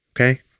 Okay